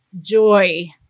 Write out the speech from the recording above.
joy